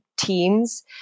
Teams